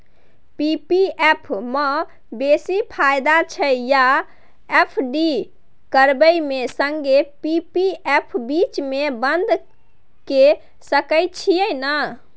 P P F म बेसी फायदा छै या एफ.डी करबै म संगे पी.पी एफ बीच म बन्द के सके छियै न?